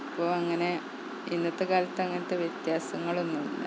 ഇപ്പോൾ അങ്ങനെ ഇന്നത്തെ കാലത്തങ്ങനത്തെ വ്യത്യാസങ്ങളൊന്നുമില്ല